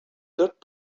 tot